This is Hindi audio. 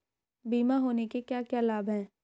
बीमा होने के क्या क्या लाभ हैं?